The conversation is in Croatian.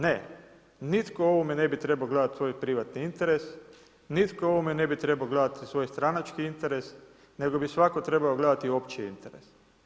Ne, nitko u ovome ne trebao gledati svoj privatni interes, nitko u ovome ne bi trebao gledati svoj stranački interes nego bi svako trebao gledati opći interes.